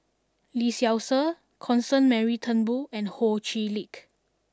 Lee Seow Ser Constance Mary Turnbull and Ho Chee Lick